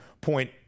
point